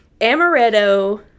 amaretto